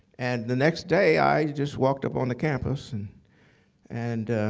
and the next day, i just walked up on the campus and and